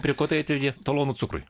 prie ko tai atvedė talonų cukrui